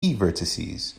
vertices